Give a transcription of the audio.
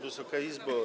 Wysoka Izbo!